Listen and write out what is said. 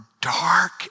dark